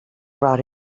brought